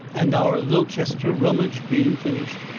and our lowchester rummage being finished,